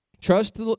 Trust